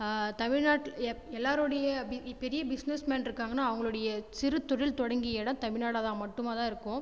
தமிழ்நாட்டில் எப் எல்லாரோடைய அபி பெரிய பிஸ்னஸ் மேன் இருக்காங்கனா அவங்களுடைய சிறு தொழில் தொடங்கிய இடம் தமிழ்நாடாக தான் மட்டுமா தான் இருக்கும்